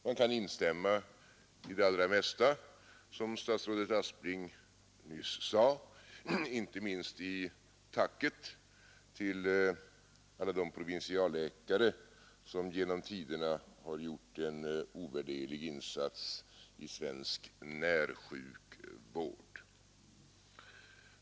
Man kan instämma i det allra mesta som statsrådet Aspling nyss yttrade, inte minst i tacket till alla de provinsialläkare som genom tiderna har gjort en ovärderlig insats i svensk närsjukvård.